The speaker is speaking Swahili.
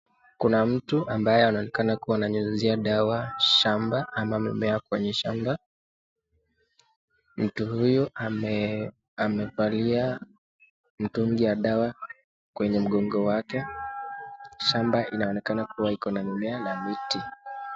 Kuna mtu ambaye anaonekana kunyunyisia dawa shamba ama mimea kwenye shamba mtu huyu amefalia mtungi ya dawa kwenye mgogo yake ,shamba inaonekana kuwa kuna mimea na miti.